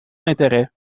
d’intérêt